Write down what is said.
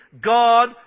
God